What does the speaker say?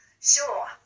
sure